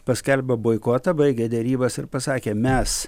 paskelbę boikotą baigė derybas ir pasakė mes